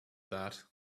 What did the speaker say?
that